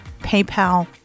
PayPal